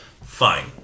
fine